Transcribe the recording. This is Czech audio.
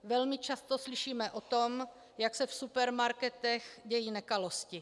Velmi často slyšíme o tom, jak se v supermarketech dějí nekalosti.